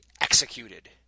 executed